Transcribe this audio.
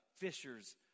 fishers